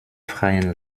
freien